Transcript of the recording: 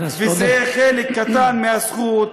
זה חלק קטן מהזכות.